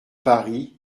paris